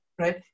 Right